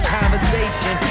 conversation